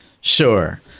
Sure